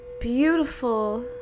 beautiful